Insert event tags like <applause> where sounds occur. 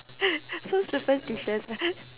<noise> so superstitious ah